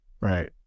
Right